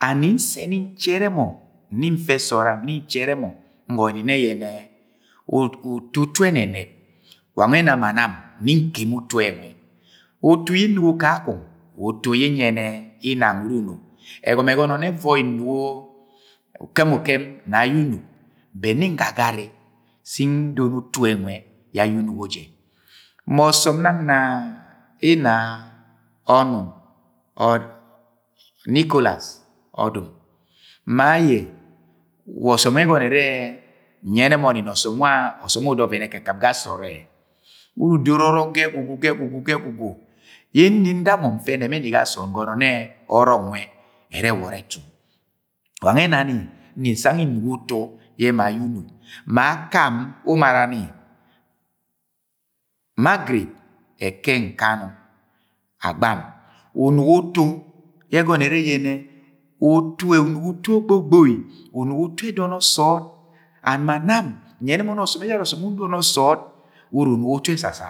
and ma ni nsẹ nni nchẹrẹ mọ, nni nfẹ sọọd nni nchere mọ, ngọnọ ni, nnẹ yẹnẹ uto utu ẹnẹnẹb, wangẹ ẹna ma nam nni nkemi utuẹ nwẹ. Utu yẹ nugo kagọng wa utu yẹ nyẹnẹ ina nwẹ uru unugo. Ẹgọmọ ẹgọnọ nẹ ẹvọi nugo ukemujam nẹ ayẹ unuk but nni angagari se ndono utu ẹ nwẹ yẹ ayẹ unugo jẹ Ma ọsọm nang na ina ọdum Nkolas ọdum, ma ayẹ wa osọm wạ ẹsọnọ eeẹ nyẹnẹ mọ ni na ọsọm wẹ ọsọm uda ọvẹn ẹkikɨp ga sọọdẹ udoro ọrọk ga egwugwu ga egwa gwu ga egwugwu yẹ nni nda mọ ntẹ ga sọọd ngọnọ nnẹ, yẹnẹ ọrọk nwẹ ẹrẹ ẹwọrọ ẹtu. Wangẹ ẹna ni nni nsang yẹ nugo utu yẹ ma aye unuk Ma akam wẹ umara ni. margarer Ẹkẹ Nkanu Agbam. unogo utu yẹ ẹgọnọ ẹrẹ yẹnẹ, utu ẹ, unogo utu ognogboi. Utu edọnọ sọọd, and ma nam nyene mọ nnẹ Ọsọm ẹjara ọsọm wẹ udọnọ sọọd uru unugọ utu esasara.